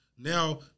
Now